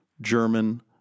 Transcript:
German